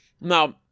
Now